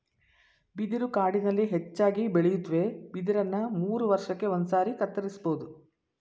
ಬಿದಿರು ಕಾಡಿನಲ್ಲಿ ಹೆಚ್ಚಾಗಿ ಬೆಳೆಯುತ್ವೆ ಬಿದಿರನ್ನ ಮೂರುವರ್ಷಕ್ಕೆ ಒಂದ್ಸಾರಿ ಕತ್ತರಿಸ್ಬೋದು